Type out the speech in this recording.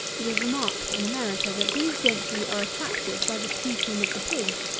it is remarked in america, that these gentry are attracted by the squeaking of the pigs,